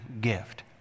gift